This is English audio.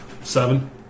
Seven